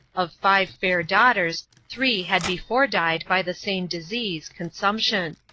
of five fair daughters, three had before died by the same disease, consumption.